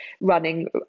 running